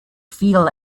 feel